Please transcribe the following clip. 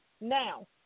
Now